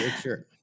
shirt